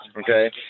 okay